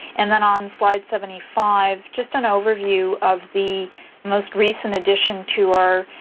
and then on slide seventy five, just an overview of the most recent addition to